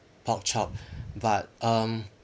pork chop but um